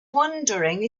wondering